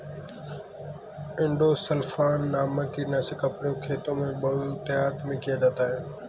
endosulfan नामक कीटनाशक का प्रयोग खेतों में बहुतायत में किया जाता है